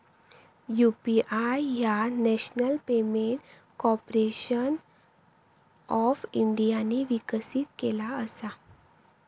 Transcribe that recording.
UPI ह्या National Payment Corporation of इंडियाने विकसित केला असा